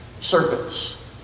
serpents